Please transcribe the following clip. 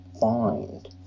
find